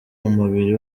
umubiri